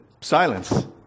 Silence